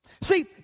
See